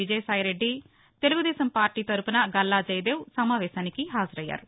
Vijayasai Reddy Telugu Desam party తరపున గల్లా జయదేవ్ సమావేశానికి హాజరయ్యారు